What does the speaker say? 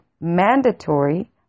mandatory